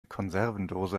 konservendose